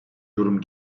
yorum